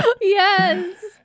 Yes